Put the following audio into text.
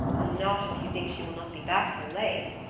not if you think she will not be back till late,